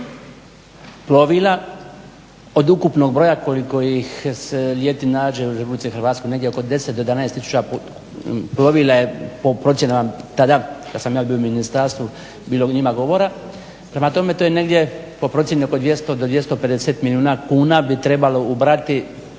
plovila od ukupnog broja koliko ih se ljeti nađe u Republici Hrvatskoj, negdje oko 10 do 11000 plovila je po procjenama tada kada sam ja bio u ministarstvu bilo o njima govora. Prema tome, to je negdje po procjeni oko 200 do 250 milijuna kuna bi trebalo ubrati